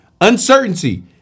Uncertainty